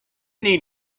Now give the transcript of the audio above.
need